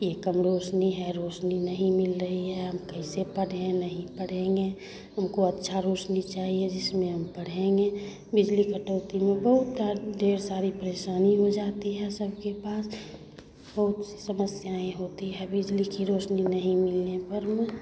ये कम रोशनी है रोशनी नहीं मिल रही है हम कैसे पढ़ें नहीं पढ़ेंगे हमको अच्छा रोशनी चाहिए जिसमें हम पढ़ेंगे बिजली कटौती में बहुत ढेर सारी परेशानी हो जाती है सबके पास बहुत सी समस्याएँ होती है बिजली की रोशनी नहीं मिलने पर में